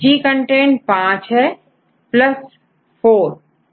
G content है plus C content है